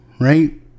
right